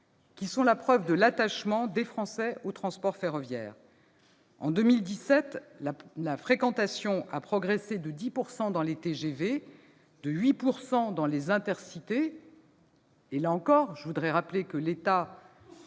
qui sont la preuve de l'attachement des Français au transport ferroviaire. En 2017, la fréquentation a progressé de 10 % dans les TGV, de 8 % dans les Intercités- je rappelle que l'État